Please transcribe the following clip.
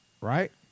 right